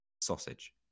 sausage